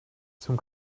zum